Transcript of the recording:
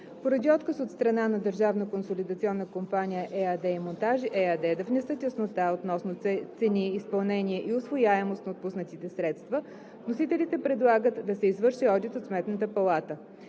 консолидационна компания“ ЕАД и „Монтажи“ ЕАД да внесат яснота относно цени, изпълнение и усвояемост на отпуснатите средства, вносителите предлагат да се извърши одит от Сметната палата.